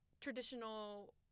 traditional